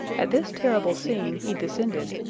at this terrible scene he descended,